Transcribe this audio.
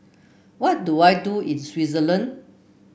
what do I do is Switzerland